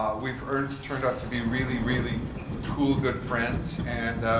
um we've earned, turned out to be really really cool good friends and